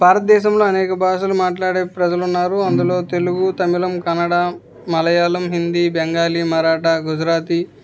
భారతదేశంలో అనేక భాషలు మాట్లాడే ప్రజలున్నారు అందులో తెలుగు తమిళం కన్నడా మలయాళం హిందీ బెంగాలీ మరాఠ గుజరాతీ